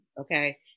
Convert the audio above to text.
okay